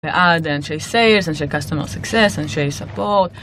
ועד לאנשי סיילס, אנשי customer success, אנשי support